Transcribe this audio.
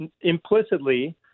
Implicitly